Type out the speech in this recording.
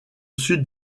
sud